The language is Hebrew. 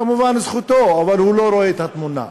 כמובן זכותו, אבל הוא לא רואה את התמונה.